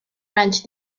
ranch